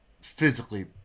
physically